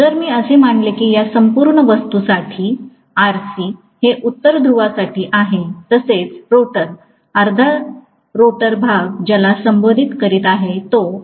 जर मी असे मानले की या संपूर्ण वस्तूसाठी हे उत्तर ध्रुवासाठी आहे तसेच रोटर अर्धा रोटर भाग ज्याला संबोधित करीत आहे तो असे आहे